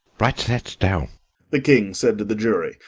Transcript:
write that down the king said to the jury,